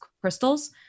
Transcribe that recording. crystals